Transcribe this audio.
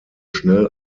schnell